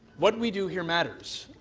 what we do here matters.